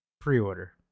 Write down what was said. Pre-order